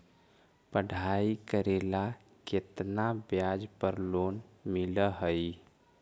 पढाई करेला केतना ब्याज पर लोन मिल हइ?